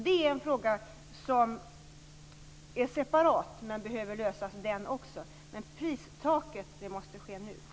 Detta är alltså en separat fråga, men den behöver också lösas. Pristaket måste dock sättas nu.